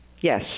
Yes